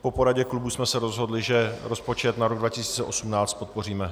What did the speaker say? Po poradě klubu jsme se rozhodli, že rozpočet na rok 2018 podpoříme.